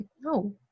No